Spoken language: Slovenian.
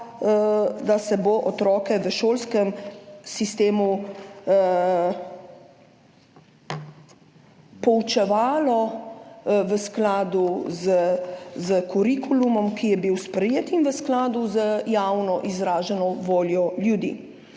da se bo otroke v šolskem sistemu poučevalo v skladu s kurikulumom, ki je bil sprejet, in v skladu z javno izraženo voljo ljudi.